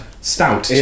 Stout